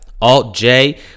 Alt-J